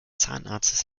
zahnarztes